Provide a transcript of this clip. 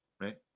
right